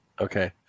okay